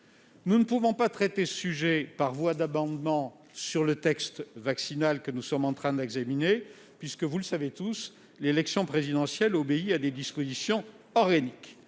Nous ne pouvons pas traiter ce sujet par la voie d'amendements sur le projet de loi relatif au passe vaccinal que nous sommes en train d'examiner, puisque, vous le savez tous, l'élection présidentielle obéit à des dispositions organiques.